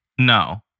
No